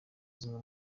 zimwe